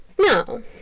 No